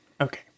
Okay